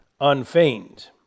unfeigned